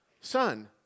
son